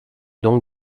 donc